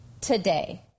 today